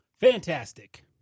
Fantastic